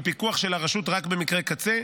עם פיקוח של הרשות רק במקרי קצה,